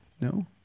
No